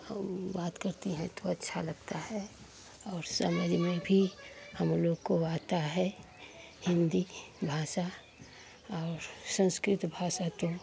औ बात करती हैं तो अच्छा लगता है और समझ में भी हम लोग को आता है हिन्दी भाषा और संस्कृत भाषा तो